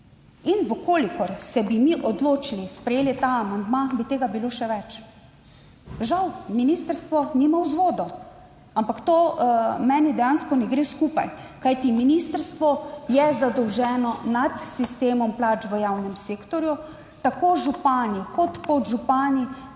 In v kolikor se bi mi odločili, sprejeli ta amandma, bi tega bilo še več. Žal ministrstvo nima vzvodov, ampak to meni dejansko ne gre skupaj. Kajti ministrstvo je zadolženo nad sistemom plač v javnem sektorju. Tako župani kot podžupani